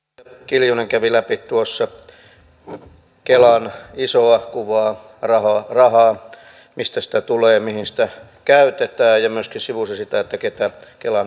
edustaja kiljunen kävi läpi tuossa kelan isoa kuvaa rahaa mistä sitä tulee mihin sitä käytetään ja myöskin sivusi sitä keitä kelan asiakkaina on